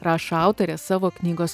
rašo autorė savo knygos